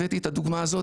הבאתי את הדוגמה הזאת,